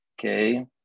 Okay